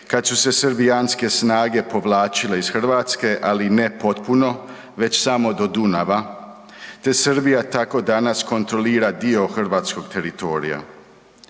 kad su se srbijanske snage povlačile iz Hrvatske, ali ne potpuno već samo do Dunava te Srbija tako danas kontrolira dio hrvatskog teritorija.